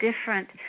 different